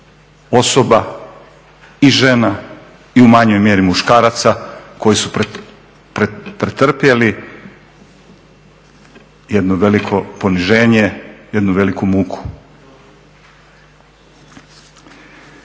osoba i žena i u manjoj mjeri muškaraca koji su pretrpjeli jedno veliko poniženje, jednu veliku muku.